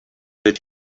that